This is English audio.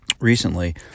recently